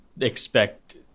expect